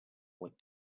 went